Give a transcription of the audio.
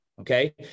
okay